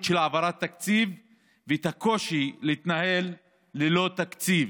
של העברת תקציב ואת הקושי להתנהל ללא תקציב,